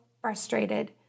frustrated